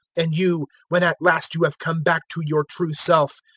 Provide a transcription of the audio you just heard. and you, when at last you have come back to your true self,